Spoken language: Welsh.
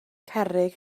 cerrig